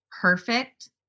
perfect